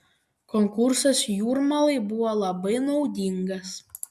konkursas jūrmalai buvo labai naudingas